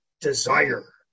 desire